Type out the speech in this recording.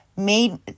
made